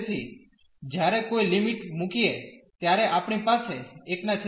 તેથી જ્યારે કોઈ લિમિટ મૂકીએ ત્યારે આપણી પાસે છે